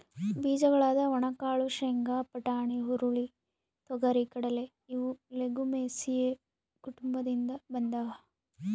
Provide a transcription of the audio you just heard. ಬೀಜಗಳಾದ ಒಣಕಾಳು ಶೇಂಗಾ, ಬಟಾಣಿ, ಹುರುಳಿ, ತೊಗರಿ,, ಕಡಲೆ ಇವು ಲೆಗುಮಿಲೇಸಿ ಕುಟುಂಬದಿಂದ ಬಂದಾವ